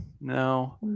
no